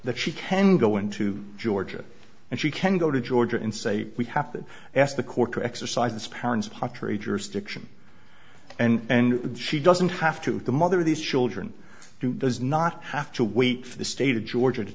that she can go into georgia and she can go to georgia and say we have to ask the court to exercise its parens pottery jurisdiction and she doesn't have to the mother of these children does not have to wait for the state of georgia to